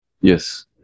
Yes